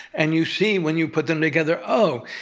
and you see when you put them together, oh,